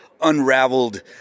unraveled